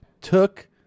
took